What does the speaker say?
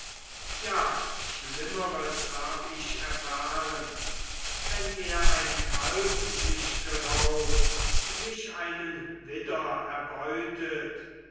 ja schlimmeres hab ich erfahren wenn er ein kalb sich geraubt sich einen widder erbeutet